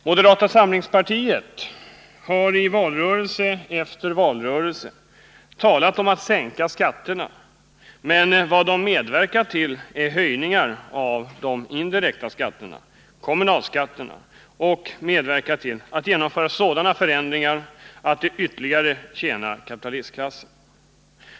Moderata samlingspartiet har i valrörelse efter valrörelse talat om att sänka skatterna, men vad det medverkat till är höjningar av de indirekta skatterna och kommunalskatterna samt genomförande av sådana förändringar som ytterligare tjänat kapitalistklassen.